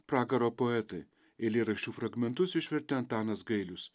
pragaro poetai eilėraščių fragmentus išvertė antanas gailius